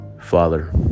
Father